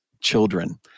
children